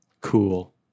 Cool